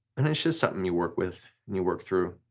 and it's just something you work with and you work through.